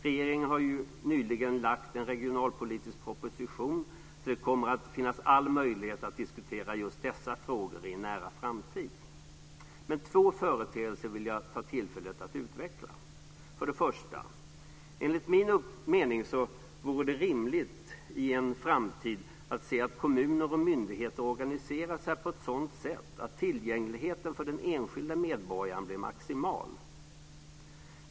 Regeringen har nyligen lagt fram en regionalpolitisk proposition, så det kommer att finnas all möjlighet att diskutera just dessa frågor i en nära framtid. Men det är två företeelser som jag vill ta tillfället i akt att utveckla. Jag börjar med den första. Enligt min mening vore det rimligt att i en framtid se att kommuner och myndigheter organiserar sig på ett sådant sätt att tillgängligheten för den enskilda medborgaren blir maximal.